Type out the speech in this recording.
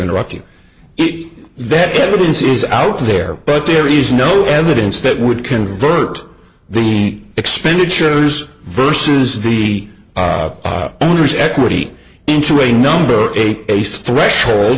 interrupt you if that evidence is out there but there is no evidence that would convert the expenditures versus the owners equity into a number eight base threshold